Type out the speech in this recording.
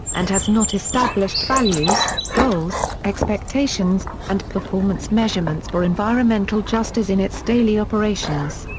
and has not established values, goals, expectations, and performance measurements for environmental justice in its daily operations.